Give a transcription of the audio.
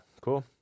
Cool